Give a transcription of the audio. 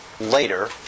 later